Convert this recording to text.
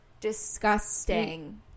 disgusting